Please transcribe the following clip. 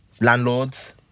landlords